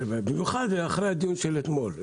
במיוחד אחרי הדיון של אתמול.